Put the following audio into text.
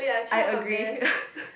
I agree